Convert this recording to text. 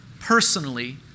personally